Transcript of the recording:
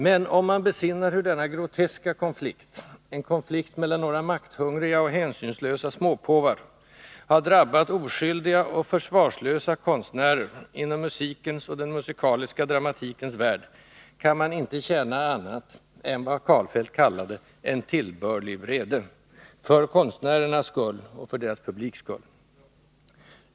Men om man besinnar hur denna groteska konflikt — en konflikt mellan några makthungriga och hänsynslösa småpåvar — har drabbat oskyldiga och försvarslösa konstnärer inom musikens och den musikaliska dramatikens värld, kan man inte känna annat än vad Karlfeldt kallade en tillbörlig vrede, för konstnärernas skull och för deras publiks skull.